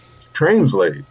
Translate